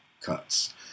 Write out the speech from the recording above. cuts